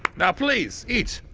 now please, eat!